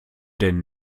denn